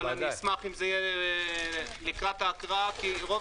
אבל אשמח אם זה יקרה לקראת ההקראה כי רוב